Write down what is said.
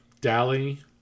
Dally